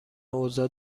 اوضاع